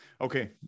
Okay